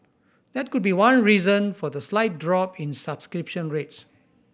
that could be one reason for the slight drop in subscription rates